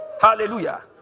Hallelujah